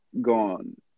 gone